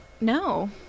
No